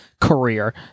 career